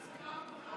לסיבוב הנוסף.